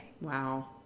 Wow